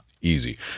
easy